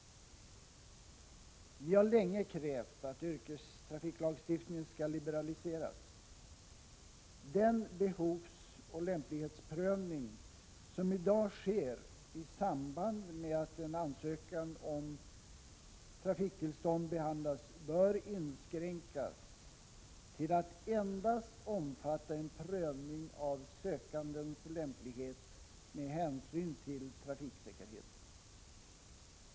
Vi har länge krävt att yrkestrafiklagstiftningen skall liberaliseras. Den behovsoch lämplighetsprövning som i dag sker i samband med att en ansökan om trafiktillstånd behandlas bör inskränkas till att endast omfatta en prövning av sökandens lämplighet med hänsyn till trafiksäkerheten.